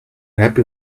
happy